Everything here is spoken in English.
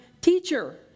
Teacher